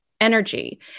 energy